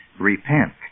Repent